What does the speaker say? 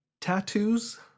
Tattoos